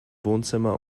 wohnzimmer